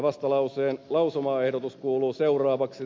vastalauseen lausumaehdotus kuuluu seuraavasti